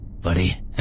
buddy